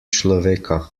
človeka